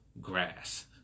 grass